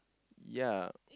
ya